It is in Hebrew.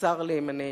וצר לי אם אני,